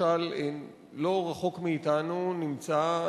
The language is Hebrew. למשל לא רחוק מאתנו נמצא,